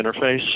interface